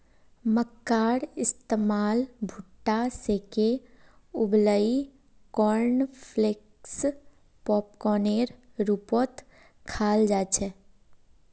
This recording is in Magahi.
मक्कार इस्तमाल भुट्टा सेंके उबलई कॉर्नफलेक्स पॉपकार्नेर रूपत खाल जा छेक